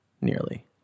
nearly